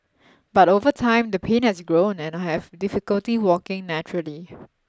but over time the pain has grown and I have difficulty walking naturally